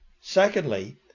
Secondly